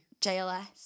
JLS